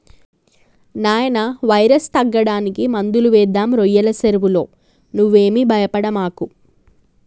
నాయినా వైరస్ తగ్గడానికి మందులు వేద్దాం రోయ్యల సెరువులో నువ్వేమీ భయపడమాకు